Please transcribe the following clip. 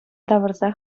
тавӑрса